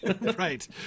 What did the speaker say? Right